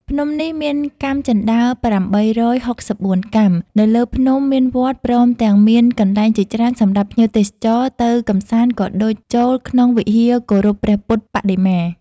ភ្នំនេះមានកាំជណ្ដើរ៨៦៤កាំ នៅលើភ្នំមានវត្ត ព្រមទាំងមានកន្លែងជាច្រើនសំរាប់ភ្ញៀវទេសចរទៅកំសាន្តក៏ដូចចូលក្នុងវិហារគោរពព្រះពុទ្ធបដិមា។